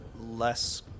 less